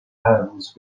هرروز